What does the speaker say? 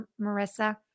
Marissa